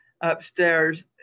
upstairs